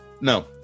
No